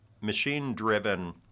machine-driven